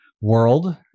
world